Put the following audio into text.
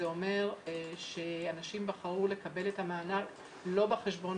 זה אומר שאנשים בחרו לקבל את המענק לא בחשבון